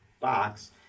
box